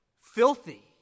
filthy